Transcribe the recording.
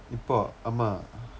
இப்போ ஆமாம்:ippoo aamaam